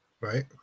Right